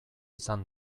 izan